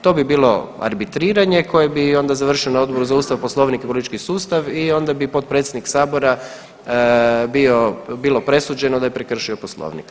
To bi bilo arbitriranje koje bi onda završio na Odboru za Ustav, Poslovnik i politički sustav i onda bi potpredsjednik bilo presuđeno da je prekršio Poslovnik.